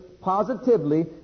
positively